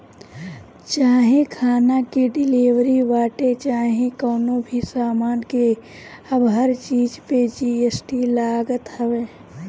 चाहे खाना के डिलीवरी बाटे चाहे कवनो भी सामान के अब हर चीज पे जी.एस.टी लागत हवे